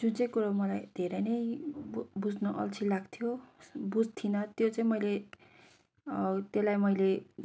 जुन चाहिँ कुरो मलाई धेरै नै बु बुझ्नु अल्छी लाग्थ्यो बुझ्थिन त्यो चाहिँ मैले त्यसलाई मैले